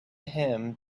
him